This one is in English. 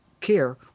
care